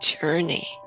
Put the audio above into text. journey